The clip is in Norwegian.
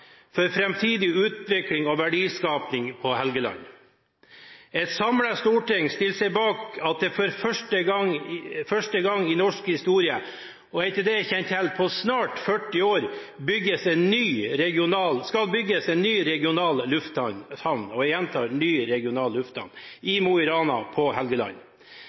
for framtidig utvikling og verdiskaping på Helgeland. Et samlet storting stiller seg bak at det for første gang i norsk historie, etter det jeg kjenner til, på snart 40 år, skal bygges en ny regional lufthavn – jeg gjentar: ny regional lufthavn i Mo i Rana på